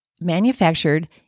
Manufactured